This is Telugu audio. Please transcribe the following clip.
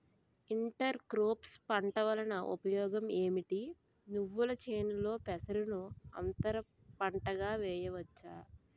ఇంటర్ క్రోఫ్స్ పంట వలన ఉపయోగం ఏమిటి? నువ్వుల చేనులో పెసరను అంతర పంటగా వేయవచ్చా?